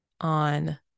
on